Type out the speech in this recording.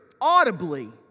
audibly